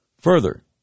Further